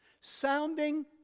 Sounding